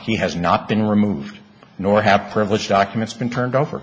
he has not been removed nor have privileged documents been turned over